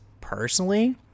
personally